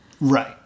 Right